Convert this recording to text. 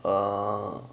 err